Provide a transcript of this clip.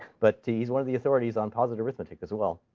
but he's one of the authorities on posit arithmetic, as well.